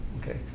Okay